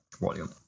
volume